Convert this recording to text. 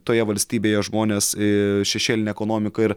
toje valstybėje žmonės ee šešėlinę ekonomiką ir